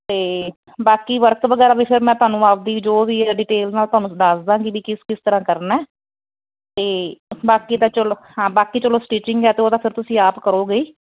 ਅਤੇ ਬਾਕੀ ਵਰਕ ਵਗੈਰਾ ਵੀ ਫਿਰ ਮੈਂ ਤੁਹਾਨੂੰ ਆਪਣੀ ਜੋ ਵੀ ਹੈ ਡਿਟੇਲਸ ਮੈਂ ਤੁਹਾਨੂੰ ਦੱਸ ਦਵਾਂਗੀ ਵੀ ਕਿਸ ਕਿਸ ਤਰ੍ਹਾਂ ਕਰਨਾ ਹੈ ਅਤੇ ਬਾਕੀ ਤਾਂ ਚਲੋ ਹਾਂ ਬਾਕੀ ਚਲੋ ਸਟਿਚਿੰਗ ਹੈ ਤਾਂ ਉਹਦਾ ਫਿਰ ਤੁਸੀਂ ਆਪ ਕਰੋਗੇ ਹੀ